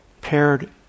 paired